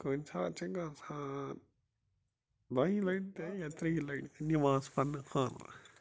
کُنہِ ساتہٕ چھِ گژھان دۄیی لٹہِ تہٕ ترٛیی لٹہِ تہٕ نیٚماز پرنہٕ خٲطرٕ